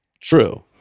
True